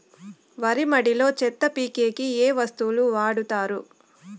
వరి మడిలో చెత్త పీకేకి ఏ వస్తువులు వాడుతారు?